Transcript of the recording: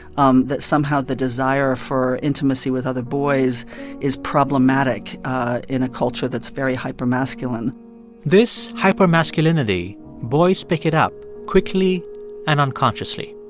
um that somehow the desire for intimacy with other boys is problematic in a culture that's very hypermasculine this hypermasculinity boys pick it up quickly and unconsciously.